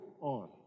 on